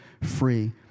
free